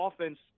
offense